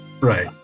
Right